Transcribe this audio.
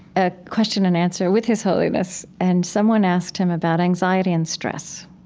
a question and answer with his holiness, and someone asked him about anxiety and stress.